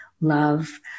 love